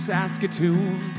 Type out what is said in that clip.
Saskatoon